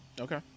Okay